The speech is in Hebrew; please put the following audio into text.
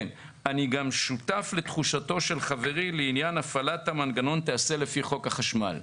אני גם שותף לתחושתו של חברי לעניין הפעלת המנגנון תיעשה לפי חוק החשמל.